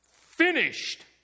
finished